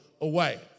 away